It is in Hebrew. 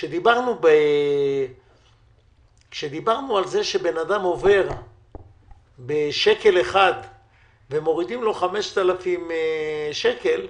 דיברנו על זה שאדם עובר בשקל אחד ואז מורידים לו 5,000 שקל,